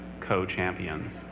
co-champions